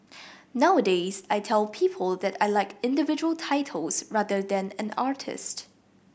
nowadays I tell people that I like individual titles rather than an artist